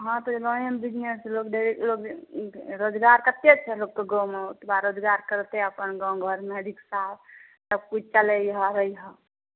हँ तऽ गामेमे बिजनेस लोक ढेरिक लोक रोजगार कतेक छै लोकके गाममे ओतबा रोजगार करतै अपन गाम घरमे रिक्शा सभकिछु चलैहऽ उलैहऽ